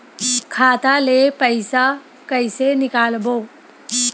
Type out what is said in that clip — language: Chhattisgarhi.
खाता ले पईसा कइसे निकालबो?